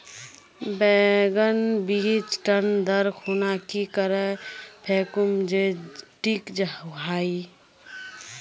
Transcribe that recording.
बैगन बीज टन दर खुना की करे फेकुम जे टिक हाई?